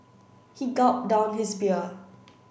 he gulped down his beer